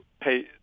pay